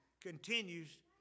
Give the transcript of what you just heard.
continues